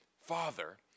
Father